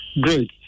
Great